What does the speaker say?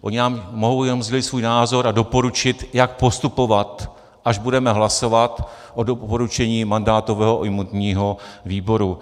Oni nám mohou jenom sdělit svůj názor a doporučit, jak postupovat, až budeme hlasovat o doporučení mandátového a imunitního výboru.